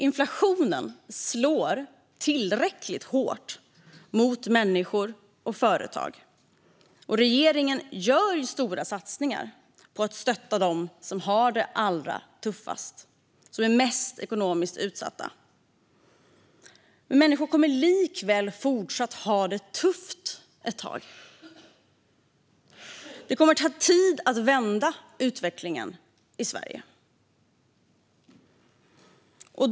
Inflationen slår tillräckligt hårt mot människor och företag, och regeringen gör stora satsningar för att stötta dem som har det allra tuffast och är mest ekonomiskt utsatta. Människor kommer likväl att fortsätta att ha det tufft ett tag. Det kommer att ta tid att vända utvecklingen i Sverige.